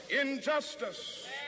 injustice